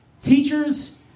teachers